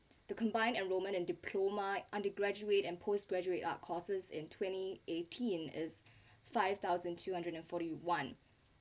the combined enrolment and diploma undergraduate and postgraduate are courses in twenty eighteen is five thousand two hundred and forty one